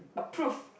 approve